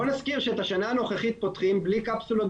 בואי נזכיר שאת השנה הנוכחית פותחים בלי קפסולות,